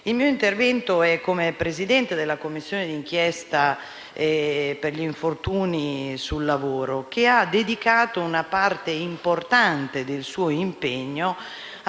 Fasiolo, intervengo come Presidente della Commissione d'inchiesta per gli infortuni sul lavoro che ha dedicato una parte importante del suo impegno